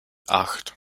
acht